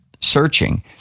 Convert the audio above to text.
searching